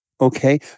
Okay